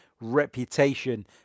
reputation